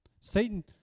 satan